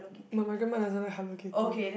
but my grandma doesn't like Hello-Kitty